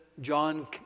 John